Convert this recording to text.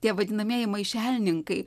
tie vadinamieji maišelininkai